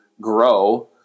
grow